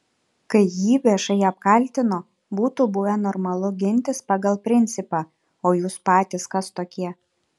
kai jį viešai apkaltino būtų buvę normalu gintis pagal principą o jūs patys kas tokie